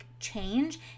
Change